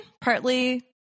partly